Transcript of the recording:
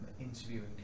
interviewing